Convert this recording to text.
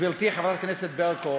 גברתי חברת הכנסת ברקו